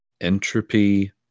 entropy